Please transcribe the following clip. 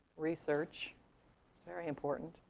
research is very important.